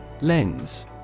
Lens